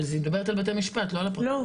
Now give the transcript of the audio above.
אבל היא מדברת על בתי משפט לא על הפרקליטות.